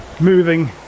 moving